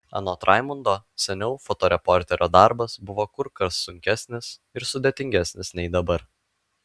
anot raimundo seniau fotoreporterio darbas buvo kur kas sunkesnis ir sudėtingesnis nei dabar